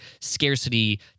scarcity